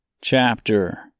Chapter